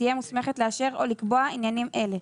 שתהיה מוסמכת לאשר או לקבוע עניינים אלה: